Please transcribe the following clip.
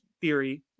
Theory